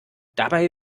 dabei